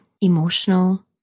emotional